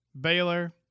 Baylor